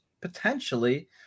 Potentially